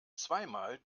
zweimal